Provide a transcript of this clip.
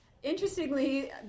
Interestingly